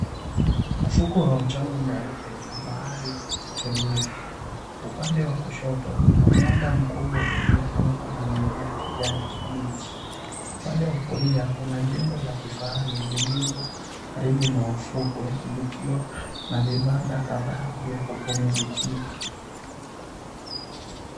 Ufuko wa mchanga mweupe na bahari tulivu. Upande wa kushoto kuna mwamba mkubwa uliofunikwa na mimea ya kijani kibichi. Upande wa kulia kuna jengo la kifahari lilio karibu na ufukwe likiwa na vibanda kadhaa vya kupumzikia.